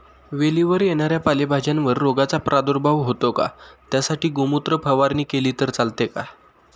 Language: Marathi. वेलीवर येणाऱ्या पालेभाज्यांवर रोगाचा प्रादुर्भाव होतो का? त्यासाठी गोमूत्र फवारणी केली तर चालते का?